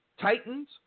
Titans